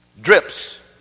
drips